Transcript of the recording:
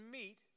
meet